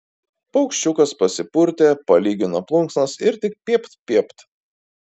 paukščiukas pasipurtė palygino plunksnas ir tik piept piept